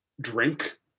drink